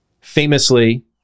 Famously